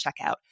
checkout